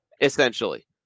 essentially